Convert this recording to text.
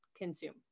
Consume